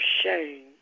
shame